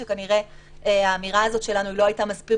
שכנראה האמירה הזאת שלנו לא הייתה מספיק